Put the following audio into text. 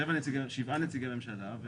שבעה נציגי ממשלה,